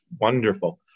wonderful